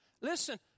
Listen